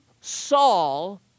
Saul